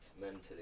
mentally